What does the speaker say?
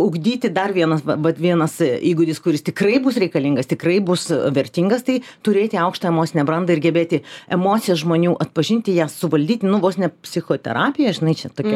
ugdyti dar vienas vat vienas įgūdis kuris tikrai bus reikalingas tikrai bus vertingas tai turėti aukštą emocinę brandą ir gebėti emocijas žmonių atpažinti jas suvaldyti nu vos ne psichoterapija žinai čia tokia